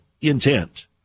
intent